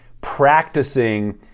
practicing